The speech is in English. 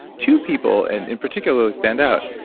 two people and in particularly stand out.